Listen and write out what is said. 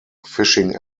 fishing